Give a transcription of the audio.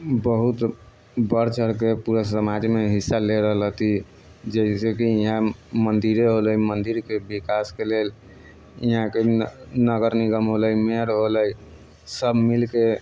बहुत बढ़ि चढ़िके पूरा समाजमे हिस्सा ले रहल हति जैसे कि यहाँ मन्दिरे हौले मन्दिरके विकासके लेल यहाँके न नगर निगम हौले मेयर हौले सभ मिलिके